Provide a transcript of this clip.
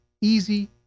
easy